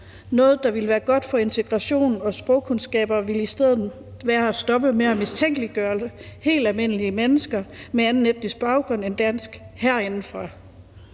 det, der ville være godt for integrationen og sprogkundskaberne, ville i stedet være at stoppe med at mistænkeliggøre helt almindelige mennesker med anden etnisk baggrund end dansk herindefra.